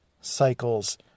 cycles